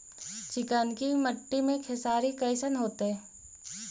चिकनकी मट्टी मे खेसारी कैसन होतै?